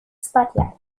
spatiale